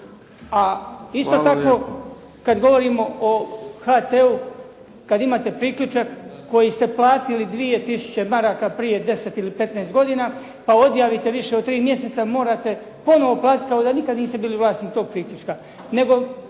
A isto tako kad govorimo o HT-u kad imate priključak koji ste platili 2000 maraka prije 10 ili 15 godina, pa odjavite. Više od 3 mjeseca morate ponovo platiti kao da nikad niste bili vlasnik tog priključka.